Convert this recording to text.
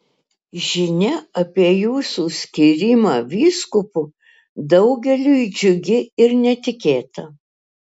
žinia apie jūsų skyrimą vyskupu daugeliui džiugi ir netikėta